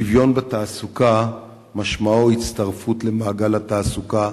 שוויון בתעסוקה משמעו הצטרפות למעגל התעסוקה,